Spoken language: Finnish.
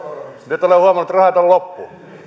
rahat on loppu